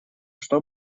что